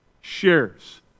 shares